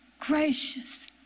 gracious